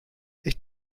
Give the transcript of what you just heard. ich